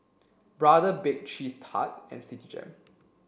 Brother Bake Cheese Tart and Citigem